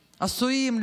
עשויים,